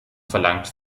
verlangt